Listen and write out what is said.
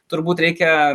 turbūt reikia